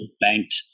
banked